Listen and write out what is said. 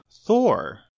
Thor